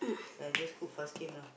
then I just cook fast game lah